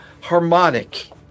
harmonic